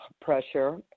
pressure